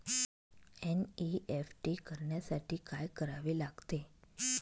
NEFT करण्यासाठी काय करावे लागते?